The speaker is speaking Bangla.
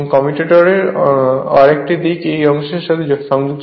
কমিউটেটরের আরেকটি দিক এই অংশের সাথে সংযুক্ত